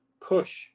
push